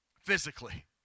Physically